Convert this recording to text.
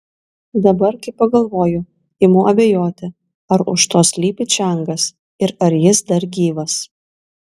dabar kai pagalvoju imu abejoti ar už to slypi čiangas ir ar jis dar gyvas